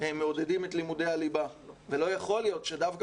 מעודדים את לימודי הליבה ולא יכול להיות שדווקא